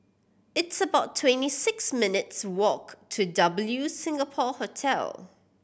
it's about twenty six minutes' walk to W Singapore Hotel